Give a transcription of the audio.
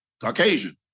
Caucasian